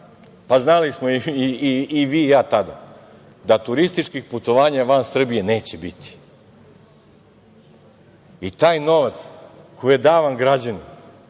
znali smo i vi i ja tada, da turističkih putovanja van Srbije neće biti i taj novac koji je davan građanima